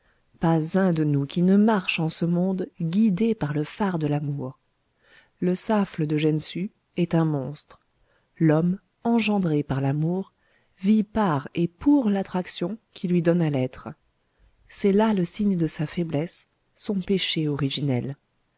pas un de nous qui ne marche en ce monde guidé par le phare de l'amour le szaffle d'eugène sue est un monstre l'homme engendré par l'amour vit par et pour l'attraction qui lui donna l'être c'est là le signe de sa faiblesse son péché originel